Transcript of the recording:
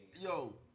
Yo